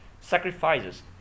sacrifices